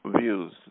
views